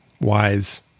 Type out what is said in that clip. wise